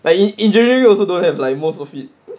like like in engineering also don't have like most of it